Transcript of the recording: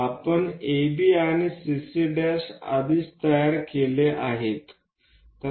आपण AB आणि CC' आधीच तयार केले आहे